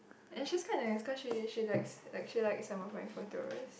and she's quite nice cause she she likes like she likes some of my photos